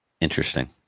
Interesting